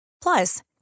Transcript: Plus